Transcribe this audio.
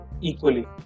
equally